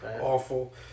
awful